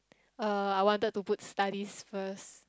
uh I wanted to put studies first